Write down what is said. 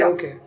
Okay